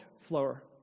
flower